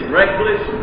reckless